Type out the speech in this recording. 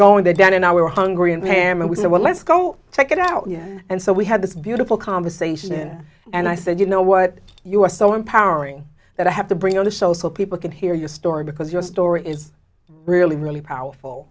going there dan and i were hungry and ham and we said well let's go check it out yeah and so we had this beautiful conversation and i said you know what you are so empowering that i have to bring on a show so people can hear your story because your story is really really powerful